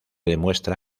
demuestra